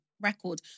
record